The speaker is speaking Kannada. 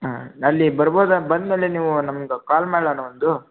ಹಾಂ ಅಲ್ಲಿ ಬರ್ಬೊದ ಬಂದ್ಮೇಲೆ ನೀವು ನಮ್ಗೆ ಕಾಲ್ ಮಾಡಲಾ ನಾ ಒಂದು